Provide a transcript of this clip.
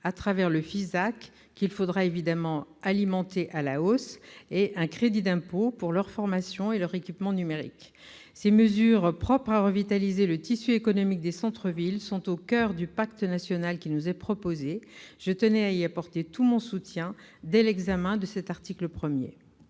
au travers du FISAC, qu'il faudra évidemment alimenter à la hausse, et d'un crédit d'impôt pour leur formation et leur équipement numérique. Ces mesures, propres à revitaliser le tissu économique des centres-villes, sont au coeur du pacte national qui nous est proposé. Je tenais à y apporter tout mon soutien dès l'examen de cet article 1.